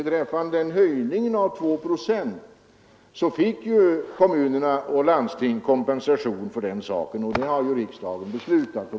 Beträffande höjningen med 2 procent vill jag påpeka att kommunerna och landstingen fått kompensation för den saken — det har riksdagen beslutat.